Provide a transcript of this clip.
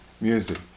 music